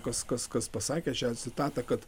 kas kas kas pasakė šią citatą kad